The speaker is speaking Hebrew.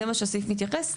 זה מה שהסעיף מתייחס.